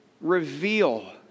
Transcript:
reveal